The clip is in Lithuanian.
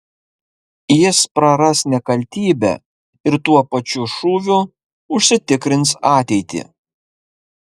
jis praras nekaltybę ir tuo pačiu šūviu užsitikrins ateitį